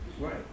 Right